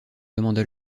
demanda